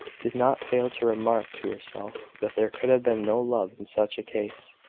did not fail to remark to herself that there could have been no love in such a case.